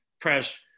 press